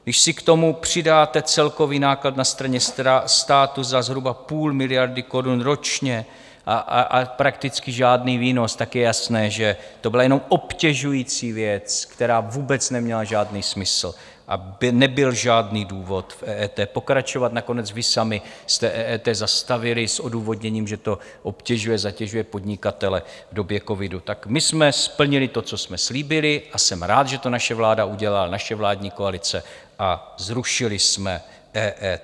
Když si k tomu přidáte celkový náklad na straně státu za zhruba půl miliardy korun ročně a prakticky žádný výnos, tak je jasné, že to byla jenom obtěžující věc, která vůbec neměla žádný smysl a nebyl žádný důvod v EET pokračovat, nakonec vy sami jste EET zastavili s odůvodněním, že to obtěžuje, zatěžuje podnikatele v době covidu, tak my jsme splnili to, co jsme slíbili, a jsem rád, že to naše vláda udělala, naše vládní koalice a zrušili jsme EET.